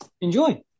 enjoy